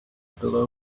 still